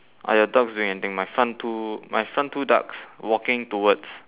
are your ducks doing anything my front two my front two ducks walking towards